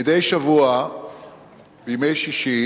מדי שבוע ביום שישי